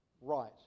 right